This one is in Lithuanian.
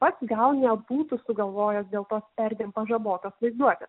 pats gal nebūtų sugalvojęs dėl tos perdėm pažabotos vaizduotės